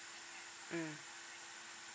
mm